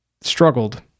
struggled